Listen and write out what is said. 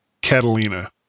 Catalina